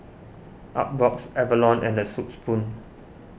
Artbox Avalon and the Soup Spoon